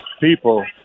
people